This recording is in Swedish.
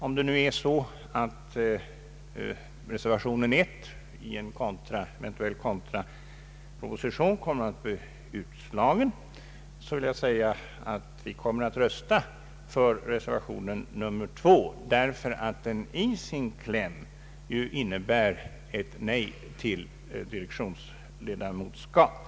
Skulle nu reservation nr 1 bli utslagen, kommer vi att rösta för reservation nr 2 därför att den i sin kläm innebär ett nej till direktionsledamotskap.